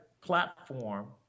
platform